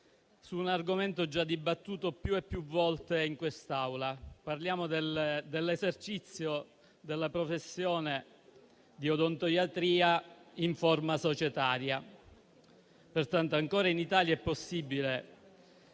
su un argomento già dibattuto più e più volte in quest'Aula: parliamo dell'esercizio della professione di odontoiatria in forma societaria. In Italia è ancora possibile